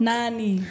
Nani